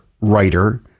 writer